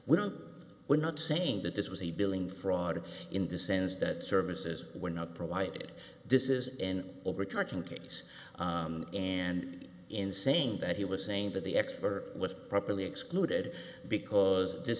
we don't we're not saying that this was a billing fraud in the sense that services were not provided this is in overcharging case and in saying that he was saying that the x or with properly excluded because this